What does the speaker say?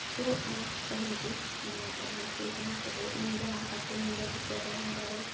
ᱨᱩᱣᱟᱹᱜ ᱠᱟᱱᱟ ᱠᱟᱹᱦᱤᱞ ᱜᱮ ᱩᱱᱤ ᱮᱰᱢᱤᱴ ᱦᱩᱭ ᱠᱟᱱᱟ ᱛᱚᱵᱮ ᱤᱧ ᱡᱟᱦᱟᱸ ᱞᱮᱠᱟᱛᱮ ᱧᱤᱫᱟᱹ ᱵᱷᱤᱛᱟᱹᱨ ᱛᱮ ᱢᱩᱨᱟᱨᱳᱭ